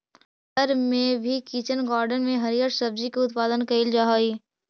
घर में भी किचन गार्डन में हरिअर सब्जी के उत्पादन कैइल जा हई